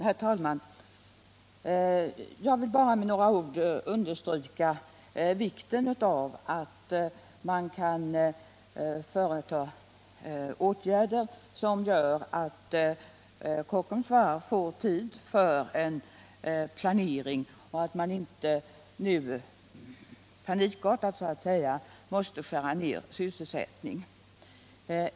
Herr talman! Jag vill bara med några ord understryka vikten av att man kan vidta åtgärder som gör att Kockums varv får tid för en planering och att man inte nu likartat så att säga måste skära ner sysselsättningen.